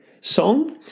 song